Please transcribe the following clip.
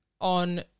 on